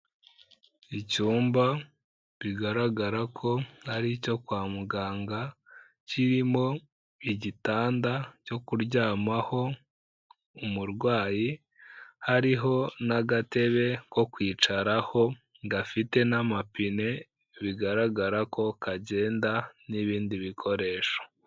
Icyumba bigaragara ko ari icyo kwa muganga, kirimo igitanda cyo kuryamaho umurwayi, hariho n'agatebe ko kwicaraho gafite n'amapine bigaragara ko kagenda n'ibindi bikoresho.